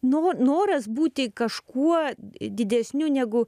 nuo va noras būti kažkuo didesniu negu